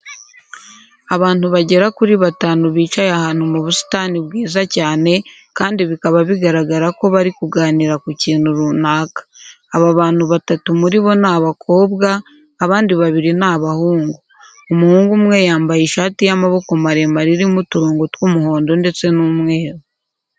Abantu bagera kuri batanu bicaye ahantu mu busitani bwiza cyane kandi bikaba bigaragara ko bari kuganira ku kintu runaka. Aba bantu batatu muri bo ni abakobwa abandi babiri ni abahungu. Umuhungu umwe yambaye ishati y'amaboko maremare irimo uturongo tw'umuhondo ndetse n'umweru.